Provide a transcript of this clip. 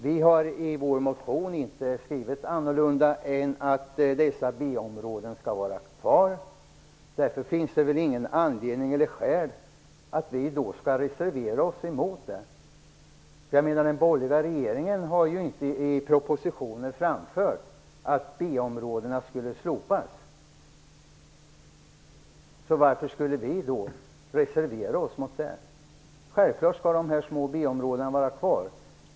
Vi har inte i vår motion skrivit annorlunda än att dessa B-områden skall vara kvar. Därför finns det ingen anledning att vi skall reservera oss. Den borgerliga regeringen har inte i propositionen framfört att B-områdena skulle slopas. Varför skulle vi då reservera oss? Självklart skall de små B-områdena finnas kvar.